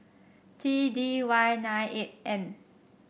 T D Y nine eight M